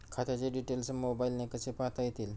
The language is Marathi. खात्याचे डिटेल्स मोबाईलने कसे पाहता येतील?